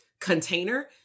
container